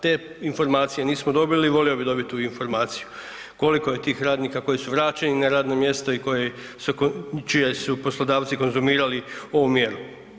Te informacije nismo dobili i volio bih dobiti tu informaciju koliko je tih radnika koji su vraćeni na radna mjesta i čiji su poslodavci konzumirali ovu mjeru.